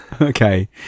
Okay